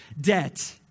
debt